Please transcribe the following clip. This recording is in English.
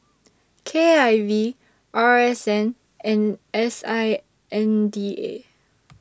K I V R S N and S I N D A